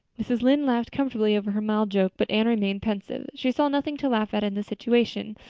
mrs. lynde laughed comfortably over her mild joke, but anne remained pensive. she saw nothing to laugh at in the situation,